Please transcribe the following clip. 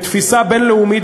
בתפיסה בין-לאומית,